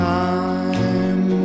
time